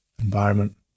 environment